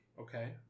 Okay